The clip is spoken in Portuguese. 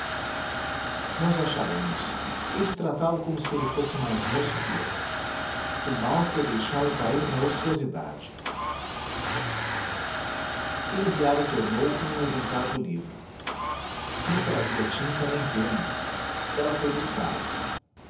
o acharemos hei de tratá-lo como se ele fosse mais moço que eu o mau foi deixá-lo cair na ociosidade elisiário tornou com um exemplar do livro não trazia tinta nem pena ela foi buscá-las